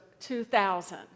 2000